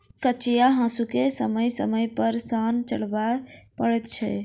कचिया हासूकेँ समय समय पर सान चढ़बय पड़ैत छै